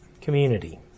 community